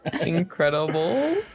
Incredible